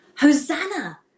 Hosanna